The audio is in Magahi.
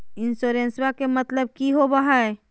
इंसोरेंसेबा के मतलब की होवे है?